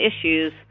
issues